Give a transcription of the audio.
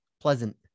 pleasant